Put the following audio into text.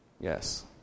Yes